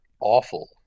awful